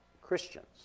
Christians